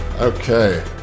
Okay